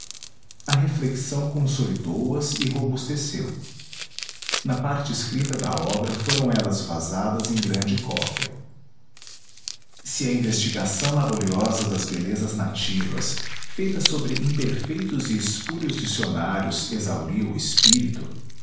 reflexão consolidou as e robusteceu na parte escrita da obra foram elas vazadas em grande cópia se a investigação laboriosa das belezas nativas feita sobre imperfeitos e espúrios dicionários exauria o espírito